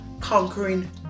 conquering